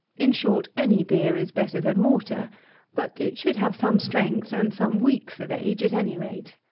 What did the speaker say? in short, any beer is better than water but it should have some strength and some weeks of age at any rate.